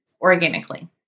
organically